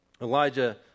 Elijah